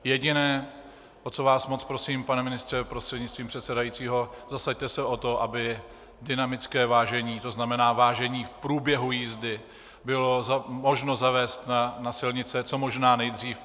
Jediné, o co vás moc prosím, pane ministře prostřednictvím předsedajícího, zasaďte se o to, aby dynamické vážení, to znamená vážení v průběhu jízdy, bylo možno zavést na silnice co možná nejdříve.